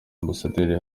ambasaderi